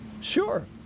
Sure